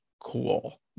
cool